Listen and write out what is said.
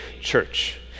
church